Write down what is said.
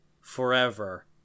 forever